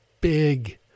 big